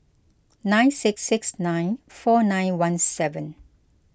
nine six six nine four nine one seven